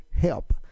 help